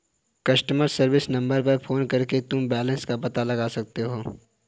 customer service number पर phone करके तुम बैलन्स का पता लगा सकते हो